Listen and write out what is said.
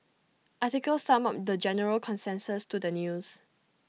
article summed up the general consensus to the news